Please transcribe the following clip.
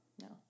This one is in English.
No